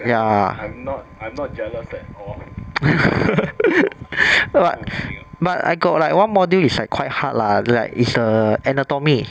ya but but I got like one module is like quite hard lah like is err anatomy